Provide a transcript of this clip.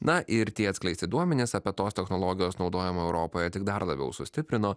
na ir tie atskleisti duomenys apie tos technologijos naudojimą europoje tik dar labiau sustiprino